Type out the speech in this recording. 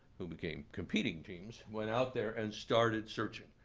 who became competing teams, went out there and started searching.